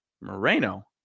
Moreno